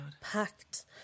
Packed